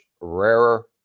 rarer